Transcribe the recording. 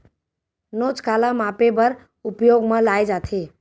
नोच काला मापे बर उपयोग म लाये जाथे?